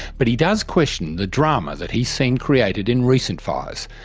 but he does question the drama that he's seen created in recent fires,